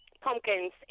pumpkins